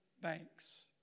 banks